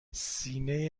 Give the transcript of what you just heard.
سینه